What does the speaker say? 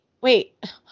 wait